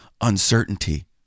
uncertainty